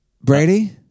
Brady